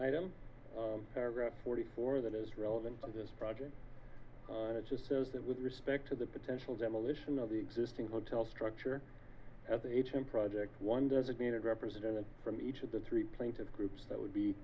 item paragraph forty four that is relevant to this project and it just says that with respect to the potential demolition of the existing hotel structure at the agent project one designated represented from each of the three plaintiffs groups that would be